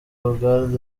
hogard